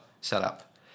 setup